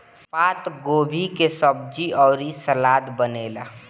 पातगोभी के सब्जी अउरी सलाद बनेला